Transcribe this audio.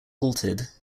halted